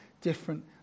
different